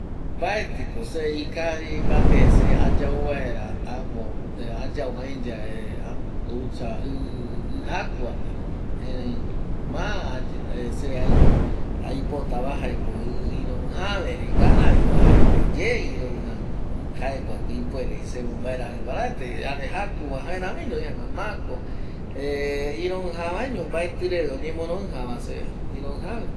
﻿Mbaetiko se ikavi mbate se ayau vaera ämo ayau äi yave ducha i jakuvapeno erei ma se aipotava jaeko i iroijave erei ngaravi oajaeteye iroija, jaeko ipuerevi se mombaerajika paraete jare jakuva jaeramiñovi, jaema mako iroija vaño mbaeti reve omoroijava se iroijave